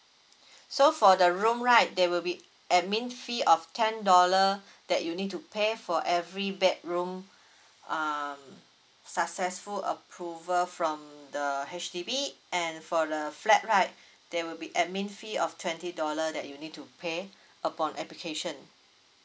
so for the room right they will be admin fee of ten dollar that you need to pay for every bedroom uh successful approval from the H_D_B and for the flat right there will be admin fee of twenty dollar that you need to pay upon application